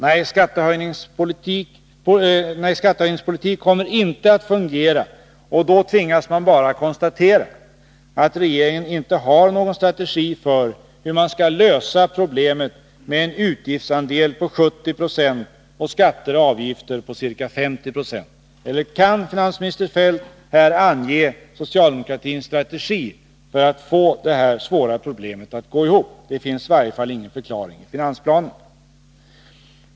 Nej, skattehöjningspolitik kommer inte att fungera, och då tvingas man bara konstatera att regeringen inte har någon strategi för hur man skall lösa problemet med en utgiftsandel på 70 20 och skatter och avgifter på ca 50 9o. Eller kan finansminister Feldt här ange socialdemokratins strategi för att lösa detta problem? Det sägs i varje fall inte något om detta i finansplanen.